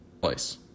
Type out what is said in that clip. place